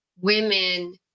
women